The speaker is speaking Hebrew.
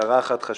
הערה אחת חשובה.